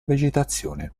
vegetazione